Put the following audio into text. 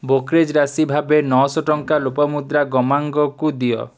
brokerage ରାଶି ଭାବେ ନଅଶହ ଟଙ୍କା ଲୋପାମୁଦ୍ରା ଗମାଙ୍ଗକୁ ଦିଅ